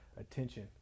attention